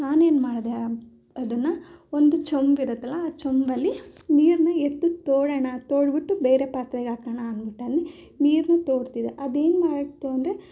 ನಾನೇನು ಮಾಡಿದೆ ಅದನ್ನು ಒಂದು ಚೊಂಬಿರುತ್ತಲ್ಲ ಚೊಂಬಲ್ಲಿ ನೀರನ್ನು ಎತ್ತು ತೋಡೋಣ ತೋಡಿಬಿಟ್ಟು ಬೇರೆ ಪಾತ್ರೆಗೆ ಹಾಕೋಣ ಅಂದ್ಬಿಟ್ಟು ಅನಿ ನೀರನ್ನ ತೊಡ್ತಿದ್ದೆ ಅದೇನಾಯಿತು ಅಂದರೆ